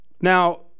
Now